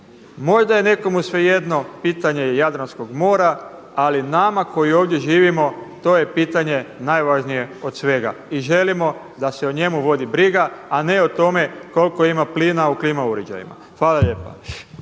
Možda je nekomu svejedno pitanje Jadranskog mora, ali nama koji ovdje živimo to je pitanje najvažnije od svega i želimo da se o njemu vodi briga, a ne o tome koliko ima plina u klima uređajima. Hvala lijepa.